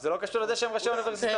זה לא קשור לזה שהם ראשי אוניברסיטאות.